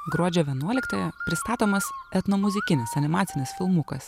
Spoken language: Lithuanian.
gruodžio vienuoliktąją pristatomas etnomuzikinis animacinis filmukas